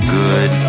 good